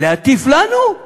להטיף לנו?